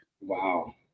Wow